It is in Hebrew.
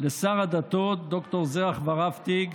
לשר הדתות ד"ר זרח ורהפטיג.